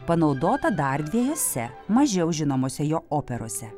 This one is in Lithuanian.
panaudota dar dviejose mažiau žinomose jo operose